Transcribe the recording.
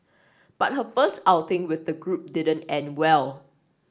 but her first outing with the group didn't end well